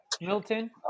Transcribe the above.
Milton